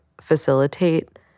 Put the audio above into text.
facilitate